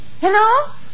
Hello